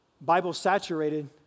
Bible-saturated